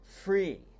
Free